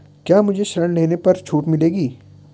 क्या मुझे ऋण लेने पर छूट मिलेगी?